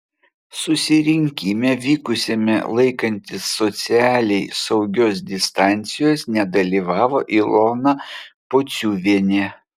susirinkime vykusiame laikantis socialiai saugios distancijos nedalyvavo ilona pociuvienė